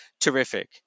terrific